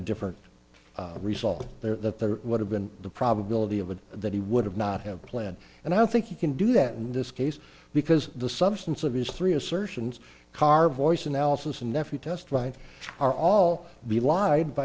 different result there that there would have been the probability of a that he would have not have planned and i don't think you can do that in this case because the substance of his three assertions car voice analysis and nephew testified are all the lied b